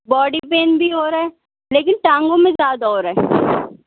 body pain بھی ہو رہا ہے لیکن ٹانگوں میں زیادہ ہو رہا ہے